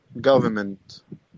government